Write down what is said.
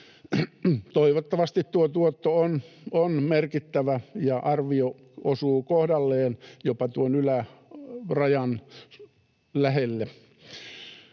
Toivottavasti tuo tuotto on merkittävä ja arvio osuu kohdalleen, jopa tuon ylärajan lähelle.